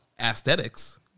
aesthetics